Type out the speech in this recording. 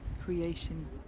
creation